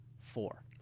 four